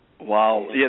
Wow